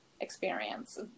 experience